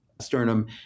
sternum